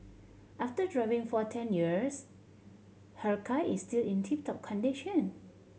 after driving for ten years her car is still in tip top condition